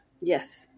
yes